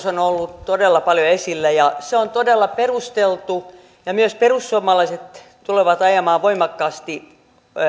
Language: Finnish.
on ollut todella paljon esillä ja se on todella perusteltu ja myös perussuomalaiset tulevat ajamaan voimakkaasti